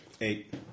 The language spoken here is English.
Eight